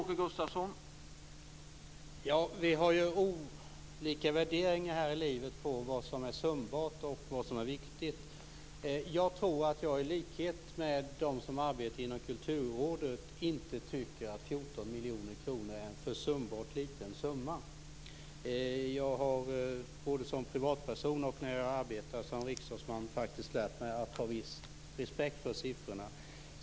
Herr talman! Vi har ju olika värderingar här i livet på vad som är försumbart och vad som är viktigt. Jag tror att de som arbetar inom Kulturrådet inte tycker att 14 miljoner kronor är en försumbart liten summa, och det tycker inte jag heller. Både som privatperson och när jag arbetar som riksdagsman har jag lärt mig att ha viss respekt för siffror.